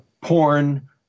porn